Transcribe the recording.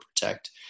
PROTECT